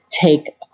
take